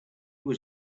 was